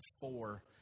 four